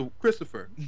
Christopher